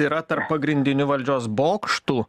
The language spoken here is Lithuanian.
yra tarp pagrindinių valdžios bokštų